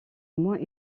moins